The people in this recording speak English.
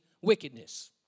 wickedness